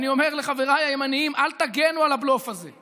ואני אומר לחבריי הימנים: אל תגנו על הבלוף הזה.